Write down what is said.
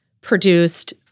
produced